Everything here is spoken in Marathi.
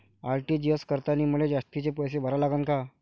आर.टी.जी.एस करतांनी मले जास्तीचे पैसे भरा लागन का?